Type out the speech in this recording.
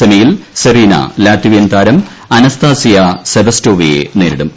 സെമിയിൽ Serena Latvian താരം Anastasia സെവസ്റ്റോവയെ നേരിടും